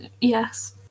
Yes